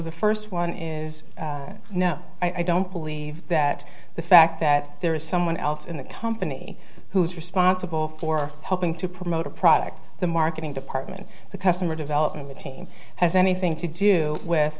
the first one is no i don't believe that the fact that there is someone else in the company who is responsible for helping to promote a product the marketing department the customer development team has anything to do with